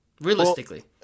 Realistically